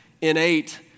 innate